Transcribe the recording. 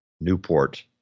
Newport